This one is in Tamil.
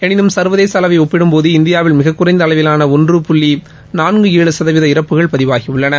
எனினும் சா்வதேச அளவை ஒப்பிடும்போது இந்தியாவில் மிக குறைந்த அளவிலான ஒன்று புள்ளி நான்கு ஏழு சதவீத இறப்புகள் பதிவாகியுள்ளன